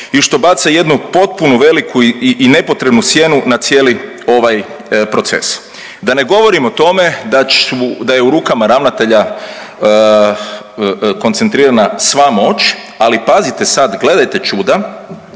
i što baca jednu potpunu veliku i nepotrebnu sjenu na cijeli ovaj proces. Da ne govorim o tome da je u rukama ravnatelja koncentrirana sva moć, ali pazite sad, gledajte čuda,